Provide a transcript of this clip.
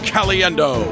Caliendo